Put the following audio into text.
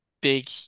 big